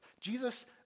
Jesus